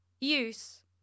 Use